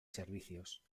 servicios